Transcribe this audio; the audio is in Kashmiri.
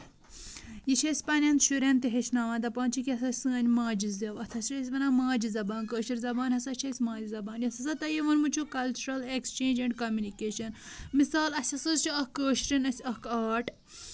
یہِ چھِ أسۍ پَنٕنٮ۪ن شُریٚن تہِ ہٮ۪چھناوان دَپان چھِکھ یہِ ہسا چھٕ سٲنۍ ماجہِ زیو اَتھ ہسا چھٕ أسۍ وَنان ماجہِ زَبان کٲشِر زَبان ہسا چھےٚ اَسہِ ماجہِ زَبان یۄس ہسا تۄہہ یہِ ووٚنمُت چھُو کلچلر ایکسچینج ایٚنٛڈ کمیونیکیش مِسال اَسہِ ہسا چھِ اکھ کٲشِرین اکھ آٹ